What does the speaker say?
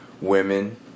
women